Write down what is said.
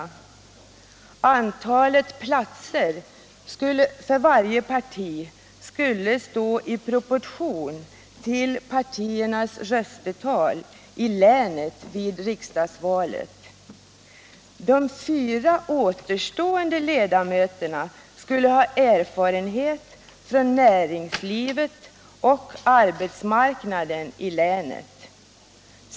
Antalet platser för varje parti skulle stå i proportion till partiernas röstetal i länet vid riksdagsvalet. De fyra återstående ledamöterna skulle ha erfarenhet från näringslivet och arbetsmarknaden i länet.